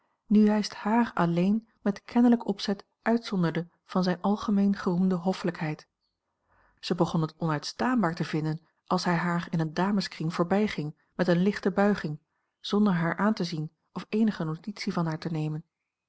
nu juist haar alleen met kennelijk opzet uitzonderde van zijne algemeen geroemde hoffelijkheid zij begon het onuitstaanbaar te vinden als hij haar in een dameskring voorbijging met eene lichte buiging zonder haar aan te zien of eenige notitie van haar te nemen